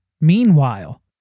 Meanwhile